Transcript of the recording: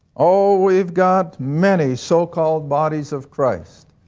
oh weve got many so called bodies of christ,